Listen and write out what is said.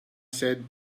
said